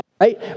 right